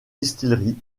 distilleries